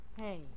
Hey